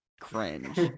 Cringe